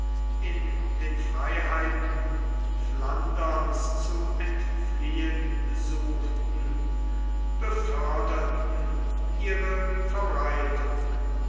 in den freiheiten flanderns zu entfliehen suchten beförderten ihre verbreitung